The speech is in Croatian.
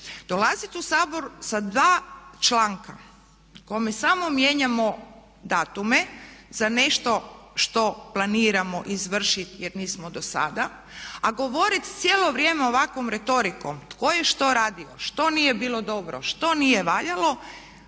Dolazit u Sabor sa dva članka kome samo mijenjamo datume za nešto što planiramo izvršit jer nismo do sada a govorit cijelo vrijeme ovakvom retorikom tko je što radio, što nije bilo dobro, što nije valjalo,